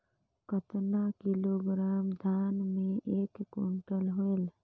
कतना किलोग्राम धान मे एक कुंटल होयल?